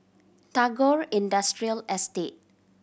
Tagore Industrial Estate